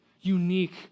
unique